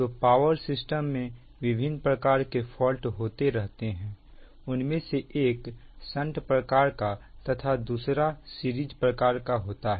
तो power system में विभिन्न प्रकार के फॉल्ट होते रहते हैं उनमें से एक संट प्रकार का तथा दूसरा सीरीज प्रकार का होता है